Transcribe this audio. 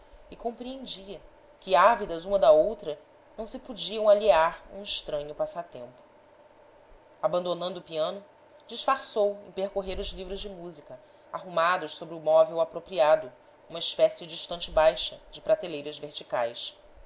e compreendia que ávidas uma da outra não se podiam alhear em estranho passatempo abandonando o piano disfarçou em percorrer os livros de música arrumados sobre o móvel apropriado uma espécie de estante baixa de prateleiras verticais